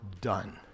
done